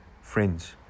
friends